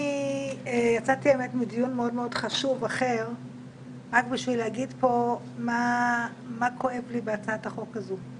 יצאתי מדיון אחר מאוד חשוב כדי להגיד פה מה כואב לי בהצעת החוק הזו.